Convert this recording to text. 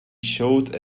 showed